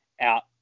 out